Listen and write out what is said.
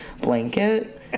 blanket